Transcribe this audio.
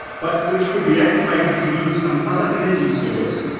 but which could be activated to use some other energy source,